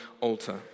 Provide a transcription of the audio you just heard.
altar